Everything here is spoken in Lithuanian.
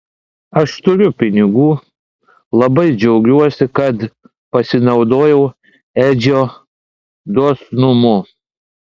aš turiu pinigų labai džiaugiuosi kad pasinaudojau edžio dosnumu